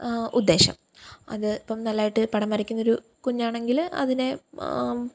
ഉദ്ദേശം അത് ഇപ്പം നല്ലതായിട്ട് പടം വരയ്ക്കുന്നൊരു കുഞ്ഞാണെങ്കിൽ അതിനെ